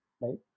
right